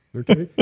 okay